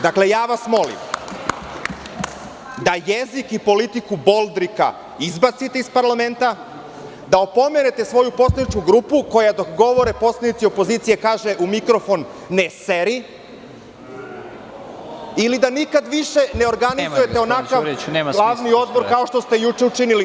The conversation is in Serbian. Dakle, molim vas da jezik i politiku Boldrika izbacite iz parlamenta, da opomenete svoju poslaničku grupu koja dok govore poslanici opozicije kaže u mikrofon – ne seri ili … (Predsednik: Nemojte, gospodine Đuriću.) … da nikad više ne organizujete onakav glavni odbor kao što ste juče učinili.